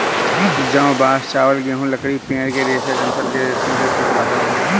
जौ, बांस, चावल, गेहूं, लकड़ी, पेड़ के रेशे डंठल के रेशों के कुछ उदाहरण हैं